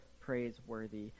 praiseworthy